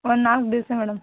ಒಂದು ನಾಲ್ಕು ದಿವಸ ಮೇಡಮ್